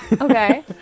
Okay